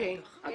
אני